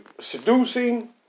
seducing